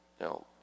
Now